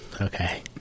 okay